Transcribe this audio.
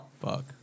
Fuck